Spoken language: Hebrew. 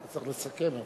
צריך לסכם.